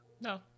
No